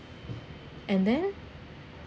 and then